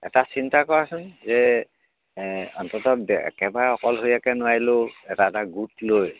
এটা চিন্তা কৰাচোন যে অন্তত একেবাৰে অকলশৰীয়াকৈ নোৱাৰিলেও এটা এটা গোট লৈ